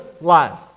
life